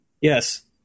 Yes